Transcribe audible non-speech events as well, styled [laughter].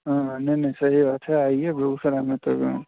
हाँ हाँ नहीं नहीं सही बात है आइए बेगूसराय में तो [unintelligible]